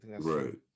Right